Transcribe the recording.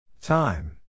Time